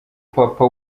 papa